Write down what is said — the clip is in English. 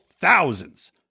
thousands